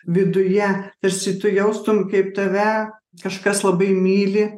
viduje tarsi tu jaustum kaip tave kažkas labai myli